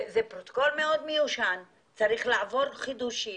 זה פרוטוקול מאוד מיושן, צריך לעבור חידושים,